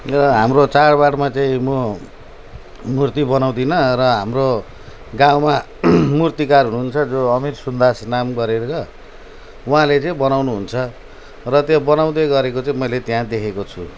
र हाम्रो चाडबाडमा चाहिँ म मूर्ति बनाउँदिनँ र हाम्रो गाउँमा मूर्तिकार हुनुहुन्छ जो अमिर सुन्दास नाम गरेर उहाँले चाहिँ बनाउनुहुन्छ र त्यो बनाउँदै गरेको चाहिँ मैले त्यहाँ देखेको छु